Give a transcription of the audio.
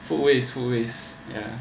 food waste food waste yeah